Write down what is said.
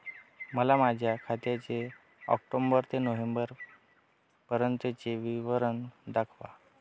मला माझ्या खात्याचे ऑक्टोबर ते नोव्हेंबर पर्यंतचे विवरण दाखवा